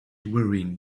wearing